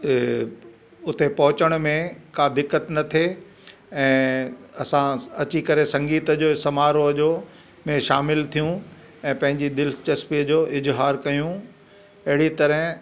उते पहुचण में का दिक़त न थिए ऐं असां अची करे संगीत जो समारोह जो में शामिल थियूं ऐं पंहिंजी दिलचस्पीअ जो इज़हार कयूं अहिड़ी तरह